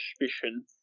suspicion